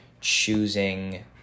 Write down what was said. choosing